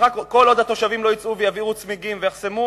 כל עוד התושבים לא יצאו ויבעירו צמיגים ויחסמו,